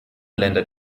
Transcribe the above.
länder